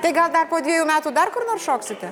tai gal dar po dvejų metų dar kur nors šoksite